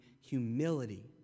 humility